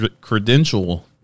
credential